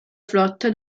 flotta